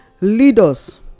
leaders